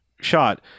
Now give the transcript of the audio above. shot